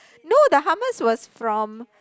no the hummus was from